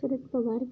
Sharad Pawar